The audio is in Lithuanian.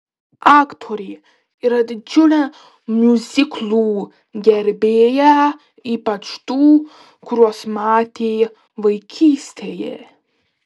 aktorė yra didžiulė miuziklų gerbėja ypač tų kuriuos matė vaikystėje